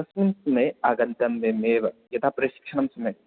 तस्मिन् समये आगन्तव्यमेव यथा प्रशिक्षणं समये